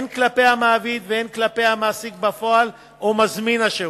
הן כלפי המעביד והן כלפי המעסיק בפועל או מזמין השירות,